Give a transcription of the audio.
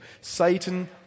Satan